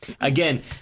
Again